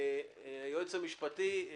היועץ המשפטי,